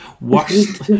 worst